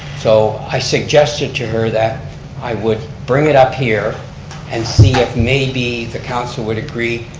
so i suggested to her that i would bring it up here and see if maybe the council would agree